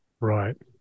Right